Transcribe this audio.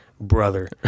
brother